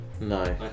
No